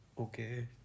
Okay